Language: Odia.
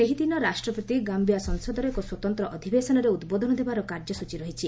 ସେହିଦିନ ରାଷ୍ଟ୍ରପତି ଗାୟିଆ ସଂସଦର ଏକ ସ୍ୱତନ୍ତ ଅଧିବେଶନରେ ଉଦ୍ବୋଧନ ଦେବାର କାର୍ଯ୍ୟସ୍ତଚୀ ରହିଛି